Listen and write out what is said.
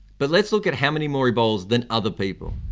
but let's look at how many more he bowls than other people.